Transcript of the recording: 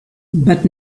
but